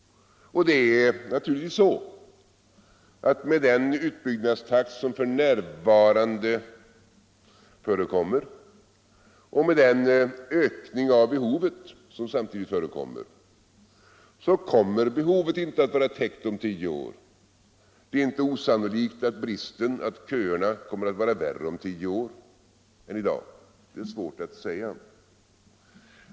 Det är naturligtvis så att med den utbyggnadstakt som f.n. förekommer och med den ökning av behovet som samtidigt förekommer, så kommer behovet inte att vara täckt om tio år. Det är inte osannolikt att köerna kommer att vara värre om tio år än i dag. Det är svårt att säga.